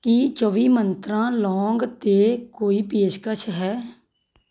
ਕੀ ਚੌਵੀ ਮੰਤਰਾਂ ਲੌਂਗ 'ਤੇ ਕੋਈ ਪੇਸ਼ਕਸ਼ ਹੈ